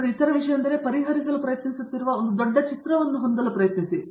ನಂತರ ಇತರ ವಿಷಯವೆಂದರೆ ನೀವು ಪರಿಹರಿಸಲು ಪ್ರಯತ್ನಿಸುತ್ತಿರುವ ಒಂದು ದೊಡ್ಡ ಚಿತ್ರವನ್ನು ಹೊಂದಲು ಪ್ರಯತ್ನಿಸಿ